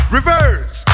Reverse